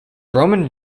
roman